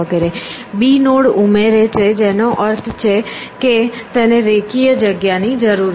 b node ઉમેરે છે જેનો અર્થ છે કે તેને રેખીય જગ્યા ની જરૂર છે